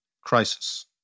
crisis